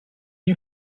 new